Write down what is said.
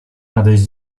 nadejść